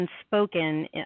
unspoken